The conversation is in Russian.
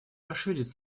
расширить